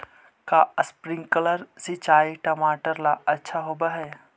का स्प्रिंकलर सिंचाई टमाटर ला अच्छा होव हई?